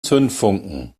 zündfunken